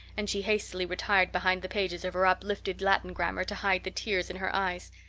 and she hastily retired behind the pages of her uplifted latin grammar to hide the tears in her eyes.